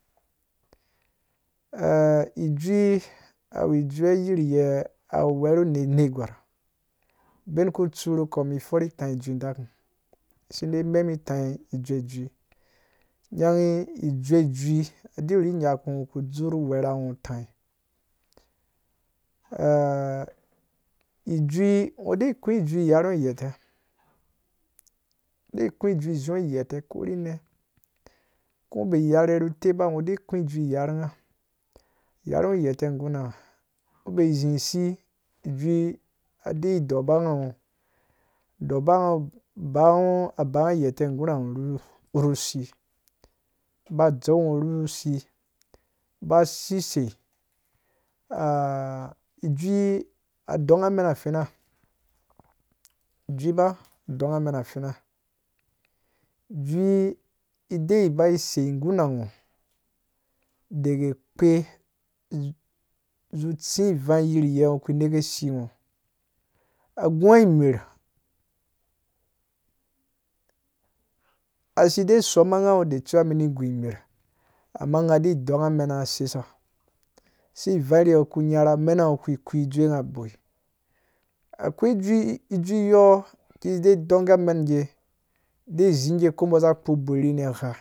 E ijui awu jue yiriye awu werhu nergwar bin ku tsu rukpo mum for taiyi ijui dakum si dai memum laiyi ijui mum nganghu ijue jui di wuru nyaku ngho ku dzur werhangha tãiyi eh ijui ngho dei ku ijui yarhu ngho ghete e kũ jui zewɔ ghete ko ri ne ko bai yarhe nuteba de kũ ijui yarhu ngho yarhu ngho ghete gura ngha. ko ngho bai zi si ijui dei dɔbungho dɔbungho ba ngha gheta gura ngho ru si ba dzeu ngho rusi ba sisei eh ijui a dongha men fina jui ba a ongha men fina ijui dei ba sei guna ngho dagee kpe zu tsi vangise ku neke si a guwa imer asie somangha ngho da zewa mu ni gu mer amma ngha da dongha mena ngha sesa sei vangye ku nya ra mena ngho ku dzowe ngha boi akoi ijui yɔɔ ki dongee mebee de zingee ko bɔ za kpo boi rine